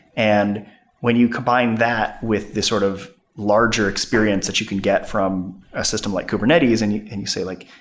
and when you combine that with this sort of larger experience that you can get from a system like kubernetes and you and you say like,